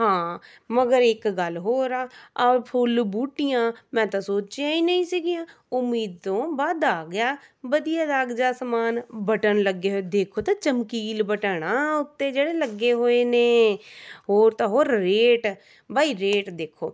ਹਾਂ ਮਗਰ ਇੱਕ ਗੱਲ ਹੋਰ ਆ ਆਹ ਫੁੱਲ ਬੂਟੀਆਂ ਮੈਂ ਤਾਂ ਸੋਚਿਆ ਹੀ ਨਹੀਂ ਸੀਗੀਆਂ ਉਮੀਦੋਂ ਵੱਧ ਆ ਗਿਆ ਵਧੀਆ ਲੱਗਦਾ ਸਮਾਨ ਬਟਨ ਲੱਗੇ ਹੋਏ ਦੇਖੋ ਤਾਂ ਚਮਕੀਲ ਬਟਨ ਆ ਉੱਤੇ ਜਿਹੜੇ ਲੱਗੇ ਹੋਏ ਨੇ ਹੋਰ ਤਾਂ ਹੋਰ ਰੇਟ ਬਾਈ ਰੇਟ ਦੇਖੋ